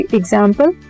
example